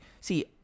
See